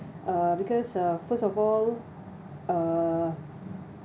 uh because uh first of all uh